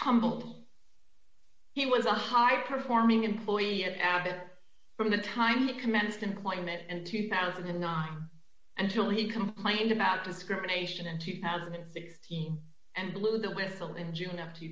tumbled he was a high performing employee at abbott from the time he commenced and quite met in two thousand and nine until he complained about discrimination in two thousand and sixteen and blew the whistle in june of two